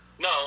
No